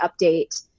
update